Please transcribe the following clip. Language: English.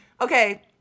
Okay